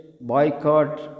Boycott